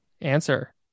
Answer